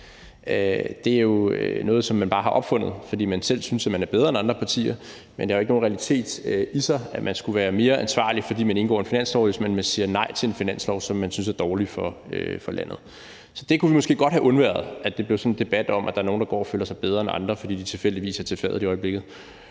Det er jo noget, som man bare har opfundet, fordi man selv synes, at man er bedre end andre partier, men der er jo ikke nogen realitet i, at man skulle være mere ansvarlig, fordi man indgår en finanslov, end hvis man siger nej til en finanslov, som man synes er dårlig for landet. Vi kunne måske godt undvære, at det blev en debat om, at der er nogle, der går og føler sig bedre end andre, fordi de tilfældigvis er ved fadet i øjeblikket.